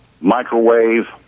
microwave